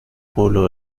pueblo